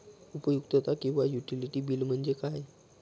उपयुक्तता किंवा utility bill म्हणजे काय?